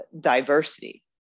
diversity